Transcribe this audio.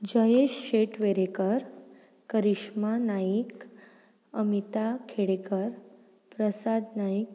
Jayesh Shet Verekar Karishma Naik Amita Khedekar Prasad Naik